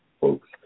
folks